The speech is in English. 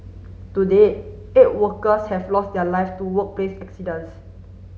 to date eight workers have lost their life to workplace accidents